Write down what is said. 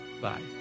Bye